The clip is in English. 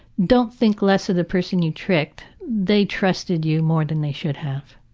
don't think less of the person you tricked. they trusted you more than they should have.